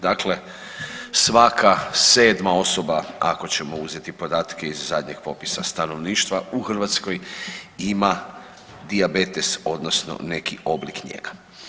Dakle, svaka sedma osoba ako ćemo uzeti podatke iz zadnjeg popisa stanovništva u Hrvatskoj ima dijabetes, odnosno neki oblik njega.